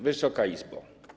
Wysoka Izbo!